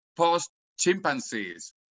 post-chimpanzees